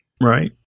Right